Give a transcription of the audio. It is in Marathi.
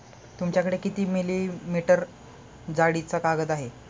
तुमच्याकडे किती मिलीमीटर जाडीचा कागद आहे?